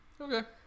okay